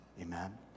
amen